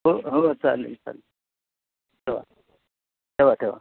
हो हो चालेल चालेल ठेवा ठेवा ठेवा